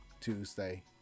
Tuesday